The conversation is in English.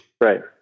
right